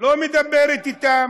לא מדברת אליהם.